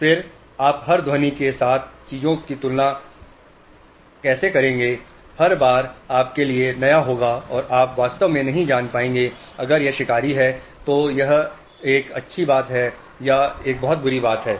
फिर आप हर ध्वनि के साथ चीजों की तुलना क्या करेंगे हर बार आपके लिए नया होगा और आप वास्तव में नहीं जान पाएंगे अगर यह शिकारी है तो यह एक अच्छी बात है या यह एक बुरी बात है